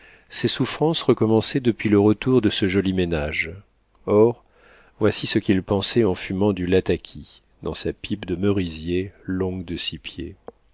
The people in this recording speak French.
ses souffrances recommençaient depuis le retour de ce joli ménage or voici ce qu'il pensait en fumant du lataki dans sa pipe de merisier longue de six pieds